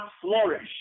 flourish